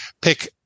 pick